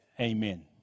Amen